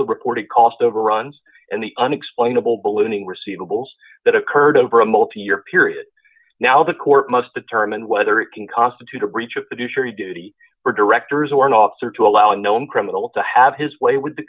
the reported cost overruns and the unexplainable ballooning receivables that occurred over a multi year period now the court must determine whether it can constitute a breach of the future duty for directors or an officer to allow a known criminal to have his way with the